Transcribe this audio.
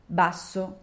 basso